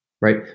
right